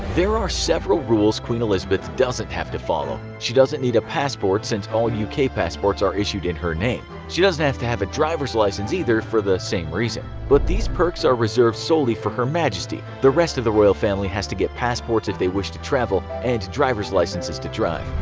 there are several rules queen elizabeth doesn't have to follow. she doesn't need a passport since all uk passports are issued in her name. she doesn't have to have a driver's license either for the same reason. but these perks are reserved solely for her majesty, the rest of the royal family has to get passports if they wish to travel and driver's licenses to drive.